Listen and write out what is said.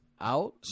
out